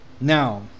Now